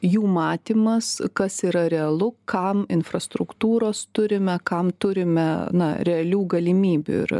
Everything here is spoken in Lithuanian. jų matymas kas yra realu kam infrastruktūros turime kam turime na realių galimybių ir